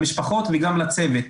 למשפחות וגם לצוות.